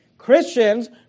Christians